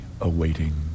awaiting